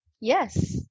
Yes